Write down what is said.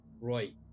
Right